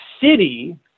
city